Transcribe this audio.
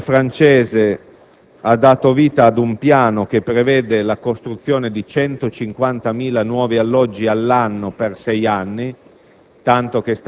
Il Governo francese ha dato vita ad un piano che prevede la costruzione di 150.000 nuovi alloggi all'anno per sei anni,